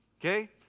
okay